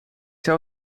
zou